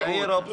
זו עיר הבשורה.